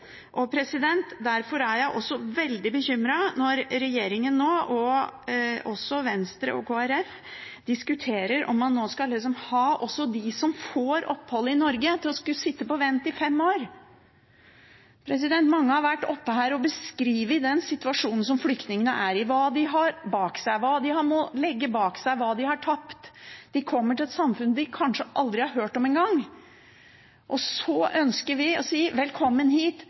Derfor er jeg også veldig bekymret når regjeringen nå – og også Venstre og Kristelig Folkeparti – diskuterer om man nå skal ha også de som får opphold i Norge, til å skulle sitte på vent i fem år. Mange har vært oppe her og beskrevet den situasjonen som flyktningene er i – hva de har måttet legge bak seg, hva de har tapt. De kommer til et samfunn de kanskje aldri har hørt om engang. Og så ønsker vi å si: Velkommen hit!